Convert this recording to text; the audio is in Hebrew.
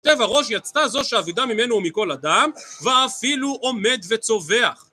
... הראש, יצתה זו שעבידה ממנו ומכל אדם, ואפילו עומד וצווח.